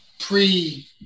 Pre